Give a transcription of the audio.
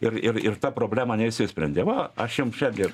ir ir ir ta problema neišsprendė va aš jum šiandien